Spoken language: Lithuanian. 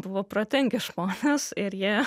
buvo protingi žmonės ir jie